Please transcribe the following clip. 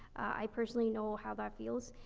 i personally know how that feels.